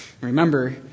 Remember